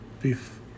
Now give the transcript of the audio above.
beef